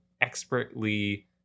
expertly